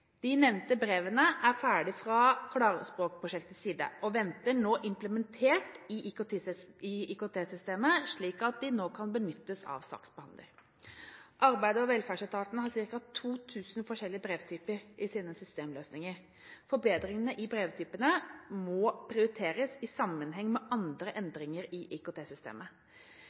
De nevnte brevene er ferdig fra klarspråkprosjektets side og ventes nå implementert i IKT-systemene, slik at de nå kan benyttes av saksbehandlerne. Arbeids- og velferdsetaten har ca. 2 000 forskjellige brevtyper i sine systemløsninger. Forbedringer i brevtypene må prioriteres i sammenheng med andre endringer i